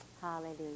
hallelujah